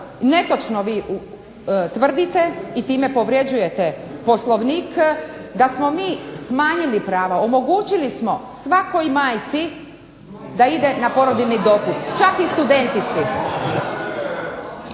netočno vi tvrdite i time povređujete Poslovnik da smo mi smanjili prava. Omogućili smo svakoj majci da ide na porodiljni dopust čak i studentici.